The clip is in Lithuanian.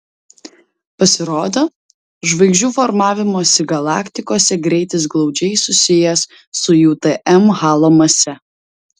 pasirodo žvaigždžių formavimosi galaktikose greitis glaudžiai susijęs su jų tm halo mase